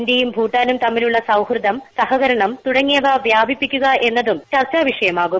ഇന്ത്യയും ഭൂട്ടാനും തമ്മിലുള്ള സൌഹൃദം സഹകരണം തുടങ്ങിയവ വ്യാപിപ്പിക്കുക എന്നതും ചർച്ചാവിഷയമാകും